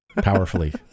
Powerfully